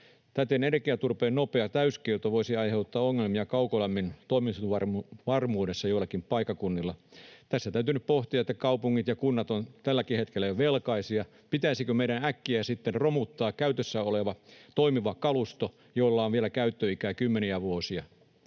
joten energiaturpeen nopea täyskielto voisi aiheuttaa ongelmia kaukolämmön toimitusvarmuudessa joillakin paikkakunnilla. Tässä täytyy nyt pohtia, että kaupungit ja kunnat ovat jo tälläkin hetkellä velkaisia. Pitäisikö meidän äkkiä sitten romuttaa käytössä oleva, toimiva kalusto, jolla on vielä käyttöikää kymmeniä vuosia?